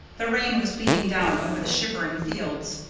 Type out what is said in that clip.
the rain was beating down over the shivering fields.